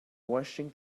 washing